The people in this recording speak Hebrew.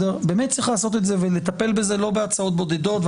באמת צריך לעשות את זה ולטפל בזה לא בהצעות בודדות,